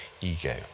ego